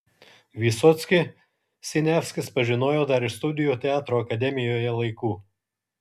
vysockį siniavskis pažinojo dar iš studijų teatro akademijoje laikų